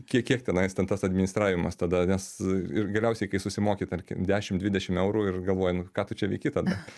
kie kiek tenais ten tas administravimas tada nes ir geriausiai kai susimoki tarkim dešim dvidešim eurų ir galvoji nu ką tu čia veiki tada